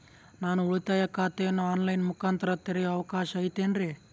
ನಾನು ಉಳಿತಾಯ ಖಾತೆಯನ್ನು ಆನ್ ಲೈನ್ ಮುಖಾಂತರ ತೆರಿಯೋ ಅವಕಾಶ ಐತೇನ್ರಿ?